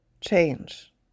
change